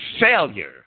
failure